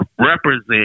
represent